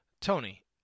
Tony